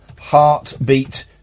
Heartbeat